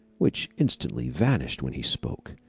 which instantly vanished when he spoke.